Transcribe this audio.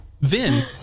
Vin